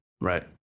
Right